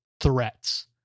threats